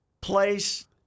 place